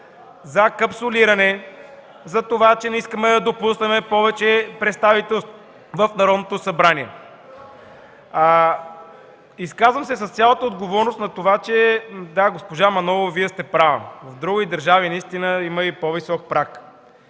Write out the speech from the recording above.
за капсулиране, за това че не искаме да допуснем повече представителство в Народното събрание. Изказвам се с цялата отговорност за това. Да, госпожо Манолова, Вие сте права, в други държави наистина има и по-висок праг.